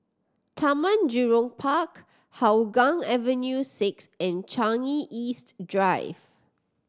Taman Jurong Park Hougang Avenue Six and Changi East Drive